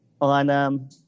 on